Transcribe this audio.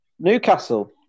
Newcastle